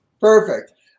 Perfect